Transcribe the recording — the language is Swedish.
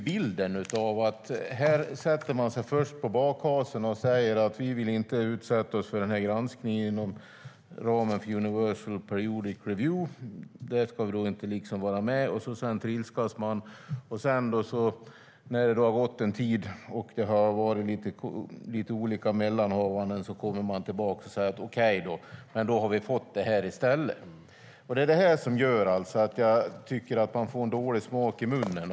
Bilden blir att man först ställer sig på bakhasorna och säger att man inte vill utsätta sig för granskning inom ramen för Universal Periodic Review - där ska man inte vara med - och sedan trilskas man. När det sedan gått en tid och det har förekommit lite olika mellanhavanden kommer man tillbaka och säger att okej, för nu har vi i stället fått det här. Det är det som gör att man får dålig smak i munnen.